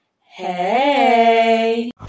Hey